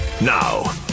Now